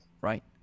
right